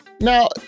Now